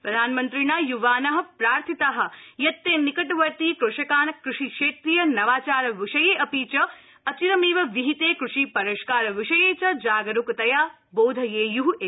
प्रधानमन्त्रिणा युवान प्रार्थिता यत् ते निकटवर्ति कृषकान् कृषीक्षेत्रीय नवाचार विषये अपि च अचिरमेव विहिते कृषि परिष्कार विषये च जागरूकतया बोधयेय् इति